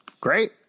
Great